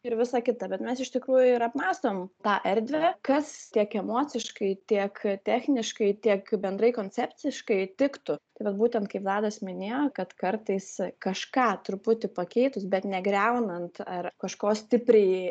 ir visa kita bet mes iš tikrųjų ir apmąstom tą erdvę kas tiek emociškai tiek techniškai tiek bendrai koncepciškai tiktų vat bet būtent kaip vladas minėjo kad kartais kažką truputį pakeitus bet negriaunant ar kažko stipriai